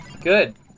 Good